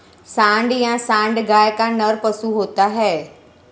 सांड या साँड़ गाय का नर पशु होता है